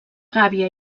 gàbia